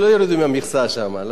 שלא יורידו מהמכסה שם.